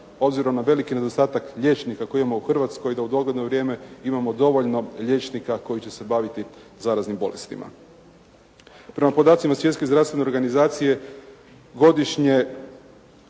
obzirom na veliki nedostatak liječnika kojih ima u Hrvatskoj da u dogledno vrijeme imamo dovoljno liječnika koji će se baviti zaraznim bolestima. Prema podacima Svjetske zdravstvene organizacije godišnje